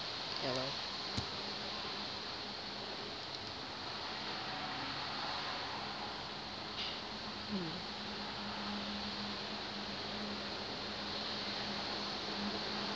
ya lor